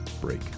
break